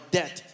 debt